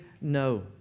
No